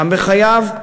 גם בחייו,